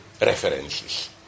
references